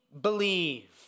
believe